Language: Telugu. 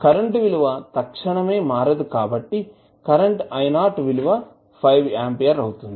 కరెంట్ విలువ తక్షణమే మారదు కాబట్టి కరెంట్ విలువ 5 ఆంపియర్ అవుతుంది